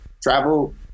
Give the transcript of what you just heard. travel